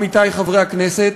עמיתי חברי הכנסת,